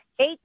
Eight